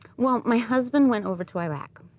well, my husband went over to iraq,